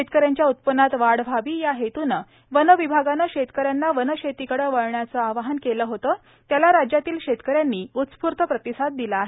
शेतकऱ्यांच्या उत्पन्नात वाढ व्हावी या हेतूनं वन विभागानं शेतकऱ्यांना वनशेतीकडे वळण्याचं आवाहन केलं होतं त्यास राज्यातील शेतकऱ्यांनी उस्फूर्त प्रतिसाद दिला आहे